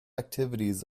activities